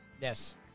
Yes